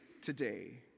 today